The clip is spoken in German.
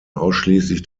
ausschließlich